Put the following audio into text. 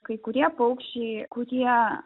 kai kurie paukščiai kurie